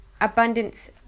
abundance